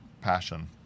passion